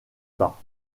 bas